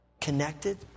connected